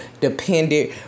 dependent